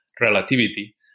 relativity